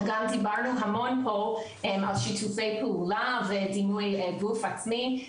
גם דיברנו המון פה על שיתופי פעולה ודימוי גוף עצמי,